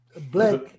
Black